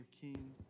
king